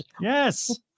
Yes